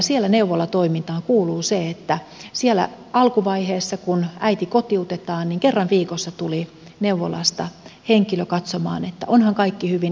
siellä neuvolatoimintaan kuului se että siellä alkuvaiheessa kun äiti kotiutettiin kerran viikossa tuli neuvolasta henkilö katsomaan että onhan kaikki hyvin